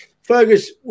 Fergus